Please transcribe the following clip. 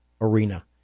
arena